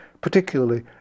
particularly